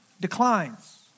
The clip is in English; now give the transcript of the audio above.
declines